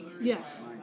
yes